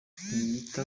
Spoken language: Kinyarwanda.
ntiyita